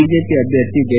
BJP ಅಭ್ಲರ್ಥಿ J